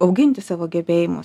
auginti savo gebėjimus